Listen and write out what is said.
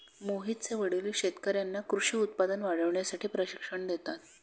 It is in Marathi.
मोहितचे वडील शेतकर्यांना कृषी उत्पादन वाढवण्यासाठी प्रशिक्षण देतात